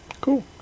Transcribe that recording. Cool